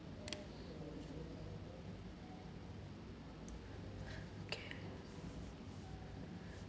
okay